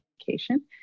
education